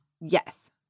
Yes